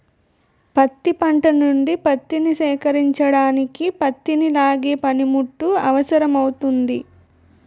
పత్తి పంట నుండి పత్తిని సేకరించడానికి పత్తిని లాగే పనిముట్టు అవసరమౌతుంది